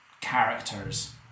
characters